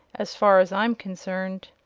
as far as i am concerned.